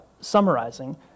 summarizing